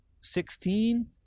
Sixteen